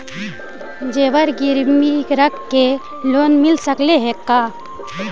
जेबर गिरबी रख के लोन मिल सकले हे का?